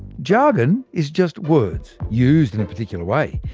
jargon is just words used in a particular way.